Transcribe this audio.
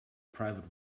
private